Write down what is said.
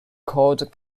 called